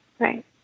Right